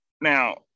now